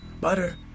butter